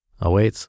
awaits